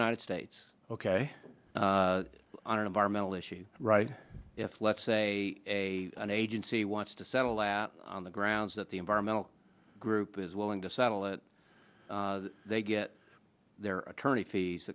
united states ok on environmental issues right if let's say a an agency wants to settle on the grounds that the environmental group is willing to settle it they get their attorney fees